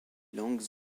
langues